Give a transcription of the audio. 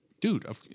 Dude